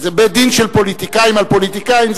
זה בית-דין של פוליטיקאים על פוליטיקאים,